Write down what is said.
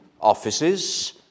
offices